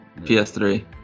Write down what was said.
PS3